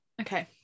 Okay